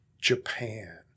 Japan